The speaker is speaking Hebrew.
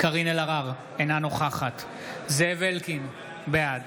קארין אלהרר, אינה נוכחת זאב אלקין, בעד